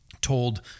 told